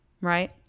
right